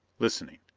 listening.